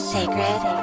Sacred